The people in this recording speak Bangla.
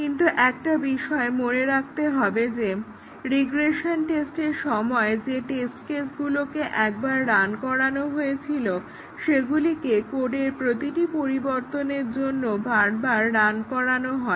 কিন্তু একটা বিষয় সবসময় মনে রাখতে হবে যে রিগ্রেশন টেস্টের সময় যে টেস্ট কেসগুলোকে একবার রান করানো হয়েছিল সেগুলিকে কোডের প্রতিটি পরিবর্তনের জন্য বারবার রান করানো হয়